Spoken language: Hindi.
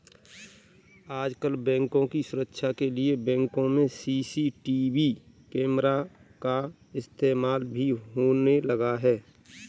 आजकल बैंकों की सुरक्षा के लिए बैंकों में सी.सी.टी.वी कैमरा का इस्तेमाल भी होने लगा है